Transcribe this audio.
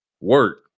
work